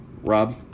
Rob